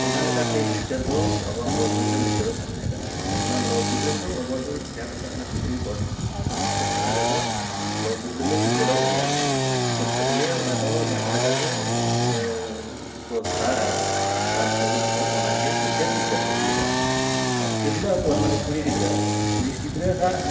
ᱚᱱᱟ ᱞᱮᱠᱟᱛᱮ ᱵᱤᱪᱟᱹᱨ ᱫᱚ ᱟᱵᱚᱣᱟᱜ ᱞᱚᱼᱵᱤᱨ ᱨᱮ ᱢᱩᱪᱟᱹᱫᱚᱜ ᱠᱟᱱ ᱛᱟᱦᱮᱸ ᱠᱟᱱᱟ ᱚᱱᱟ ᱞᱚᱼᱵᱤᱨ ᱨᱮᱫᱚ ᱟᱵᱚᱫᱚ ᱡᱟᱦᱟᱸ ᱠᱚ ᱢᱮᱛᱟᱜ ᱠᱟᱱᱟ ᱥᱩᱯᱨᱤᱢ ᱠᱳᱨᱴ ᱚᱱᱟ ᱦᱤᱥᱟᱹᱵᱛᱮ ᱚᱸᱰᱮᱫᱚ ᱞᱚᱼᱵᱤᱨ ᱨᱮᱫᱚ ᱢᱩᱪᱟᱹᱫᱚᱜ ᱜᱮᱭᱟ ᱢᱩᱪᱟᱹᱫ ᱠᱟᱛᱮᱜᱮ ᱚᱱᱟᱫᱚ ᱡᱟᱦᱟᱸ ᱞᱮᱠᱟᱜᱮ ᱠᱚ ᱥᱟᱨᱟ ᱥᱟᱨ ᱥᱟᱹᱜᱩᱱᱟᱠᱚ ᱚᱱᱟᱜᱮ ᱢᱩᱪᱟᱹᱫ ᱵᱤᱪᱟᱹᱨ ᱫᱚ ᱦᱩᱭᱩᱜᱼᱟ ᱟᱨ ᱛᱤᱨᱞᱟᱹ ᱦᱚᱯᱚᱱ ᱢᱟᱱᱮ ᱠᱩᱲᱤ ᱜᱤᱫᱽᱨᱟᱹ ᱠᱩᱲᱤ ᱜᱤᱫᱽᱨᱟᱹᱣᱟᱜ